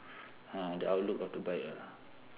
ha the out look of the bike ah